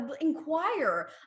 inquire